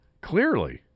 Clearly